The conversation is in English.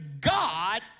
God